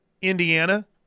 Indiana